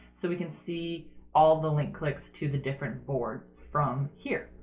so we can see all the link clicks to the different boards from here.